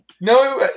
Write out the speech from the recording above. No